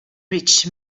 rich